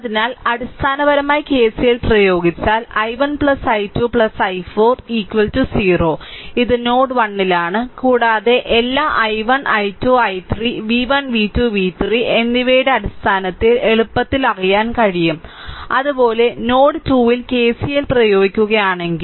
അതിനാൽ അടിസ്ഥാനപരമായി KCL പ്രയോഗിച്ചാൽ i1 i2 i4 0 ഇത് നോഡ് 1 ലാണ് കൂടാതെ എല്ലാ i1 i2 i3 v1 v2 v 3 എന്നിവയുടെ അടിസ്ഥാനത്തിൽ എളുപ്പത്തിൽ അറിയാനും കഴിയും അതുപോലെ നോഡ് 2 ൽ KCL പ്രയോഗിക്കുകയാണെങ്കിൽ